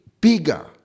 bigger